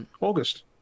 August